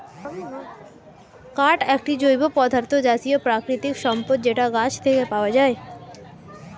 কাঠ একটি জৈব পদার্থ জাতীয় প্রাকৃতিক সম্পদ যেটা গাছ থেকে পায়